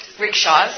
Rickshaws